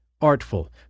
artful